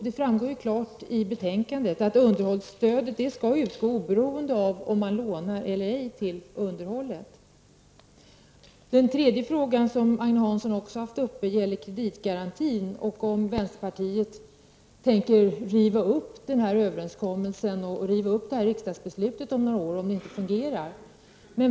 Det framgår ju klart av betänkandet att underhållsstödet skall utgå oberoende av om man lånar eller ej till underhållet. Ytterligare en fråga som Agne Hansson ställt gäller prisgarantin -- om vänsterpartiet tänker riva upp denna överenskommelse och detta riksdagsbeslut om garantin inte fungerar.